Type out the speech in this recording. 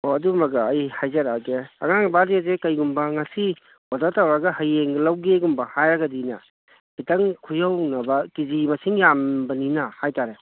ꯍꯣꯏ ꯑꯗꯨꯃꯒ ꯑꯩ ꯍꯥꯏꯖꯔꯛꯑꯒꯦ ꯑꯉꯥꯡꯒꯤ ꯕꯥꯔꯠꯗꯦꯁꯦ ꯀꯔꯤꯒꯨꯝꯕ ꯉꯁꯤ ꯑꯣꯔꯗꯔ ꯇꯧꯔꯛꯑꯒ ꯍꯌꯦꯡ ꯂꯧꯒꯦꯒꯨꯝꯕ ꯍꯥꯏꯔꯒꯗꯤꯅꯦ ꯈꯤꯇꯪ ꯈꯨꯌꯧꯅꯕ ꯀꯦ ꯖꯤ ꯃꯁꯤꯡ ꯌꯥꯝꯕꯅꯤꯅ ꯍꯥꯏꯇꯥꯔꯦ